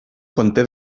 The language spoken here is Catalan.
conté